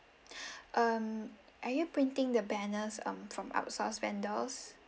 um are you printing the banners um from outsource vendors